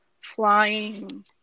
flying